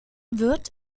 wird